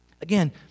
Again